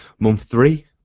month three,